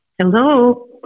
Hello